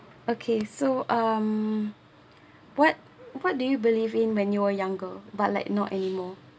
okay so um what what do you believe in when you were younger but like not anymore